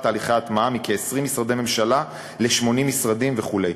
תהליכי ההטמעה מכ-20 משרדי ממשלה ל-80 וכו'.